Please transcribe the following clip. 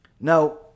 now